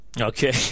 Okay